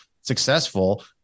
successful